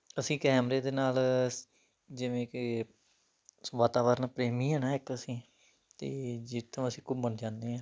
ਅਸੀਂ ਕੈਮਰੇ ਦੇ ਨਾਲ ਜਿਵੇਂ ਕਿ ਉਸ ਵਾਤਾਵਰਨ ਪ੍ਰੇਮੀ ਆ ਨਾ ਇੱਕ ਅਸੀਂ ਅਤੇ ਜਿੱਥੋਂ ਅਸੀਂ ਘੁੰਮਣ ਜਾਂਦੇ ਹਾਂ